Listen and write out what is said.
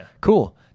cool